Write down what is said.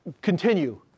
continue